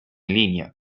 línea